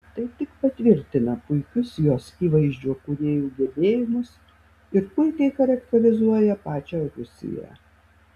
tai tik patvirtina puikius jos įvaizdžio kūrėjų gebėjimus ir puikiai charakterizuoja pačią rusiją